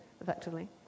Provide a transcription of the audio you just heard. effectively